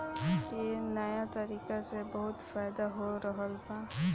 ए नया तरीका से बहुत फायदा हो रहल बा